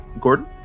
Gordon